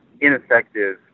ineffective